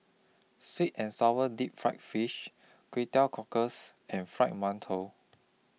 Sweet and Sour Deep Fried Fish Kway Teow Cockles and Fried mantou